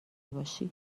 باشی